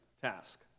task